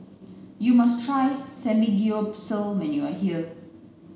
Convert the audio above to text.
you must try Samgeyopsal when you are here